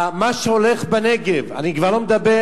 מה שהולך בנגב, אני כבר לא מדבר